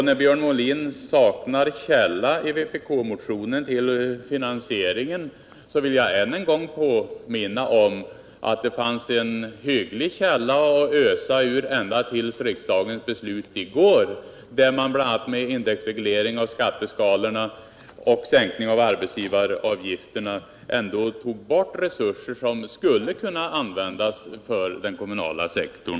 När Björn Molin i vpk-motionen saknar en finansieringskälla, vill jag än en gång påminna om att det fanns en hygglig källa att ösa ur ända tills riksdagen fattade sina beslut i går. Genom en in 87 dexreglering av skatteskalorna och en sänkning av arbetsgivaravgiften tog man då bort resurser som hade kunnat användas för den kommunala sektorn.